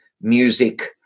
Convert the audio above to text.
music